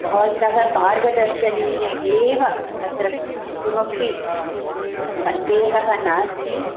भवतः मार्गदर्शनेन एव तत्र किमपि सन्देहः नस्ति